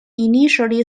initially